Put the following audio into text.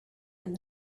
and